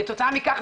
כתוצאה מכך,